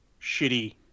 shitty